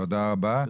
תודה רבה.